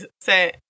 say